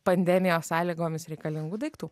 pandemijos sąlygomis reikalingų daiktų